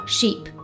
Sheep